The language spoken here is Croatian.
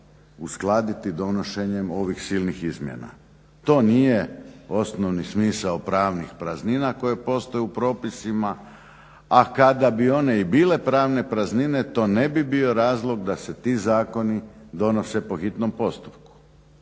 uskladiti donošenjem ovih silnih izmjena. To nije osnovni smisao pravnih praznina koje postoje u propisima, a kada bi one i bile pravne praznine to ne bi bio razlog da se ti zakoni donose po hitnom postupku.